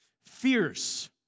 Fierce